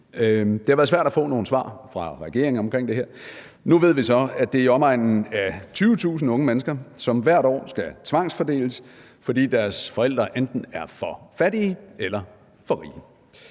Det har været svært at få nogle svar fra regeringen omkring det her. Nu ved vi så, at det er i omegnen af 20.000 unge mennesker, som hvert år skal tvangsfordeles, fordi deres forældre enten er for fattige eller for rige.